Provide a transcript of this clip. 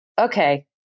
okay